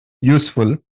useful